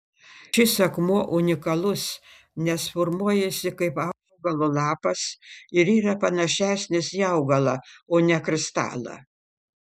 šis akmuo unikalus nes formuojasi kaip augalo lapas ir yra panašesnis į augalą o ne kristalą